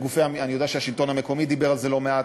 אני יודע שהשלטון המקומי דיבר על זה לא מעט,